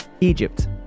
Egypt